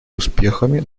успехами